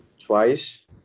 twice